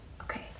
Okay